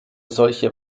solche